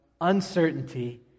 uncertainty